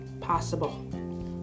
possible